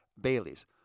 Bailey's